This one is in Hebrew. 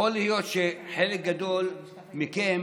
יכול להיות שחלק גדול מכם